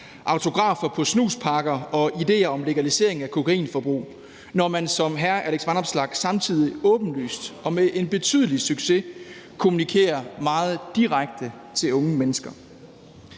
autografer på snuspakker og idéer om legalisering af kokainforbrug, når man som hr. Alex Vanopslagh samtidig åbenlyst og med en betydelig succes kommunikerer meget direkte til unge mennesker.